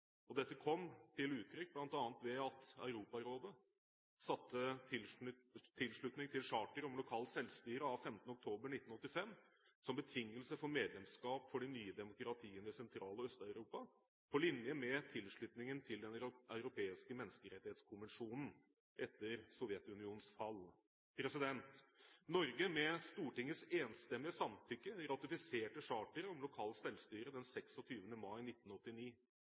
Dette kom til uttrykk bl.a. ved at Europarådet satte tilslutning til charteret om lokalt selvstyre av 15. oktober 1985 som betingelse for medlemskap for de nye demokratiene i Sentral- og Øst-Europa, på linje med tilslutningen til Den europeiske menneskerettighetskonvensjonen etter Sovjetunionens fall. Norge, med Stortingets enstemmige samtykke, ratifiserte charteret om lokalt selvstyre 26. mai 1989.